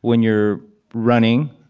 when you're running